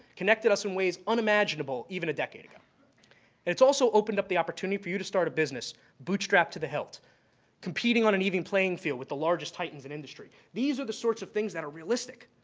connected us in ways unimaginable even a decade ago, and it's also opened up the opportunity for you to start a business bootstrapped to the hilt competing on an even playing field with the largest titans in industry. these are the sorts of things that are realistic.